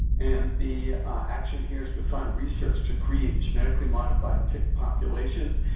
and the action here is to fund research to create genetically modified tick populations,